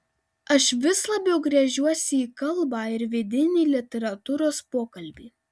aš vis labiau gręžiuosi į kalbą ir vidinį literatūros pokalbį